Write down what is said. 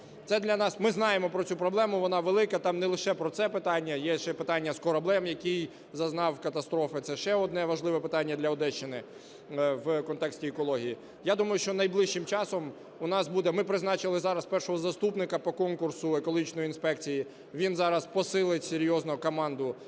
Ми знаємо про цю проблему, вона велика, там не лише про це питання, є ще питання з кораблем, який зазнав катастрофи, це ще одне важливе питання для Одещини в контексті екології. Я думаю, що найближчим часом у нас буде... Ми призначили зараз першого заступника по конкурсу екологічної інспекції, він зараз посилить серйозно команду